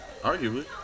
arguably